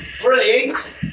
brilliant